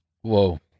Whoa